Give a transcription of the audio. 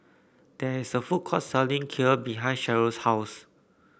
there is a food court selling Kheer behind Cheryle's house